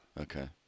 Okay